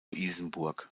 isenburg